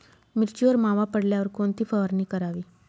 मिरचीवर मावा पडल्यावर कोणती फवारणी करावी?